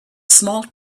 small